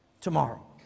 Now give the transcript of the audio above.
tomorrow